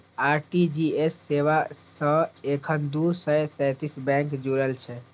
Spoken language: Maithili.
आर.टी.जी.एस सेवा सं एखन दू सय सैंतीस बैंक जुड़ल छै